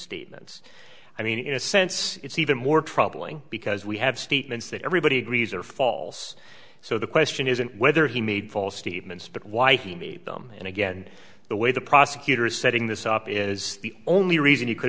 statements i mean in a sense it's even more troubling because we have statements that everybody agrees are false so the question isn't whether he made false statements but why he made them and again the way the prosecutor is setting this up is the only reason he could